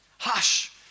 Hush